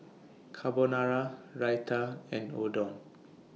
Carbonara Raita and Oden